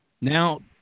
now